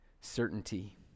certainty